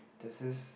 this is